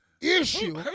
issue